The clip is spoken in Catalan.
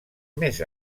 més